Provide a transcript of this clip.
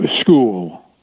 school